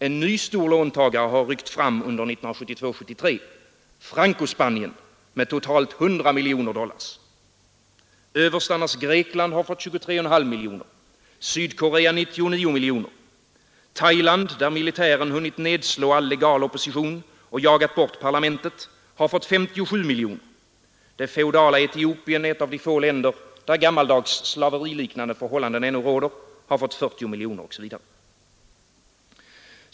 En annan ny stor låntagare har uppträtt under 1972—1973: Franco-Spanien med totalt 100 miljoner dollar. Överstarnas Grekland har fått 23,5 miljoner, Sydkorea 99 miljoner, Thailand, där militären hunnit nedslå all legal opposition och jagat bort parlamentet, har fått 57 miljoner, det feodala Etiopien, ett av de få länder där gammaldags slaveriliknande förhållanden ännu råder, har fått 40 miljoner dollar osv.